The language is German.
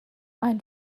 ein